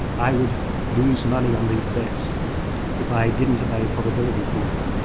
i would lose money on these bets if i didn't obey probability theory.